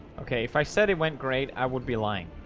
okay, if i said it went great i would be lying